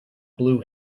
blue